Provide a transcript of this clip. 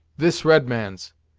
this red man's.